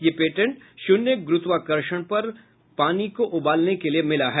यह पेटेंट शून्य गुरूत्वाकर्षण पर पानी को उबालने के लिए मिला है